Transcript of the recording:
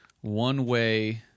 one-way